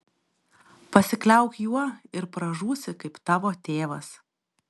pasikliauk juo ir pražūsi kaip tavo tėvas